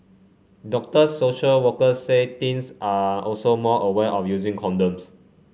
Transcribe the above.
doctor social workers say teens are also more aware of using condoms